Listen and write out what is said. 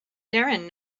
darren